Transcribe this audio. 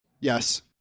Yes